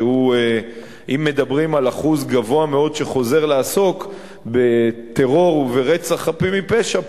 אם מדברים על אחוז גבוה מאוד שחוזרים לעסוק בטרור וברצח חפים מפשע,